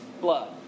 blood